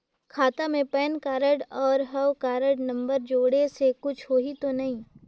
खाता मे PAN card और हव कारड नंबर जोड़े से कुछ होही तो नइ?